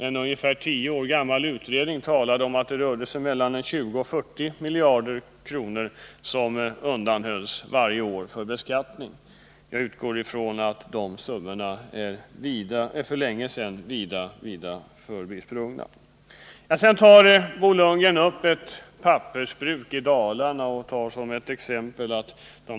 En ca tio år gammal utredning talade om att det rörde sig om mellan 20 och 40 miljarder kronor som varje år undanhölls från beskattning. Jag utgår från att dessa summor för länge sedan är förbisprungna. Bo Lundgren nämnde som exempel att ett pappersbruk i Dalarna hade svårt att få folk.